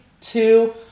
two